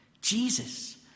Jesus